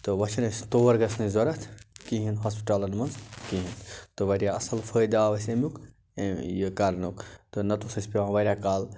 تہٕ وۄنۍ چھِنہٕ اَسہِ تور گژھنٕچ ضۄرتھ کِہیٖنۍ ہاسپِٹَلَن منٛز کِہیٖنۍ تہٕ واریاہ اَصٕل فٲیدٕ آو اَسہِ اَمیُک یہِ کَرنُک تہٕ نتہٕ اوس اَسہِ پٮ۪وان واریاہ کال